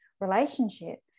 relationship